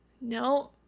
no